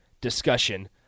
discussion